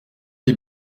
les